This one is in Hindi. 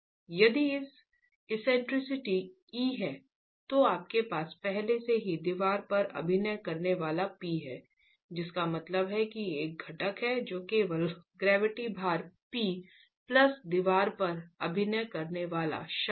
इसलिए यदि एक्सेंट्रिसिटी e है तो आपके पास पहले से ही दीवार पर अभिनय करने वाला P है जिसका मतलब है कि एक घटक है जो केवल ग्रेविटी भार P प्लस दीवार पर अभिनय करने वाला क्षण है